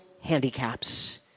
handicaps